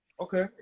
Okay